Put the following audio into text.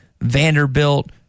Vanderbilt